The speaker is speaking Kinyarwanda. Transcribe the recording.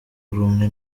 rumwe